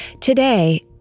Today